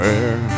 air